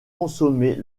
consommer